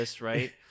right